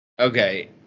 Okay